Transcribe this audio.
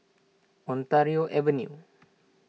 Ontario Avenue